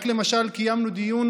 למשל קיימנו דיון